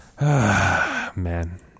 Man